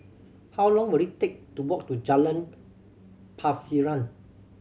how long will it take to walk to Jalan Pasiran